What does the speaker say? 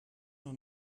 noch